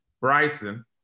Bryson